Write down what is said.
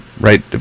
right